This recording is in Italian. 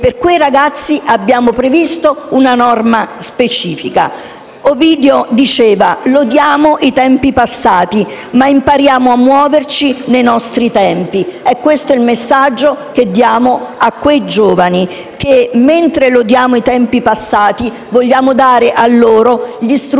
per quei ragazzi abbiamo previsto una norma specifica. Ovidio diceva: «Lodiamo i tempi antichi, ma sappiamoci muovere nei nostri». È questo il messaggio che diamo a quei giovani: mentre lodiamo i tempi passati, vogliamo dar loro gli